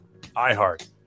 iHeart